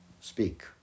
speak